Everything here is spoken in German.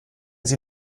sie